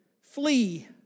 flee